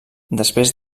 després